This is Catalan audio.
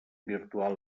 virtual